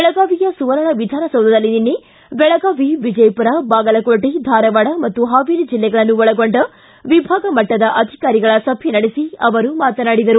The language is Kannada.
ಬೆಳಗಾವಿಯ ಸುವರ್ಣ ವಿಧಾನಸೌಧದಲ್ಲಿ ನಿನ್ನೆ ಬೆಳಗಾವಿ ವಿಜಯಪುರ ಬಾಗಲಕೋಟೆ ಧಾರವಾಡ ಮತ್ತು ಹಾವೇರಿ ಜಿಲ್ಲೆಗಳನ್ನು ಒಳಗೊಂಡ ವಿಭಾಗಮಟ್ಟದ ಅಧಿಕಾರಿಗಳ ಸಭೆ ನಡೆಸಿ ಅವರು ಮಾತನಾಡಿದರು